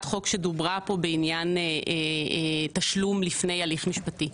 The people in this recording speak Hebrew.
חוק שדוברה פה בעניין תשלום לפני הליך משפטי,